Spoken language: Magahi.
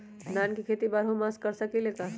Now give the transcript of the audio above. धान के खेती बारहों मास कर सकीले का?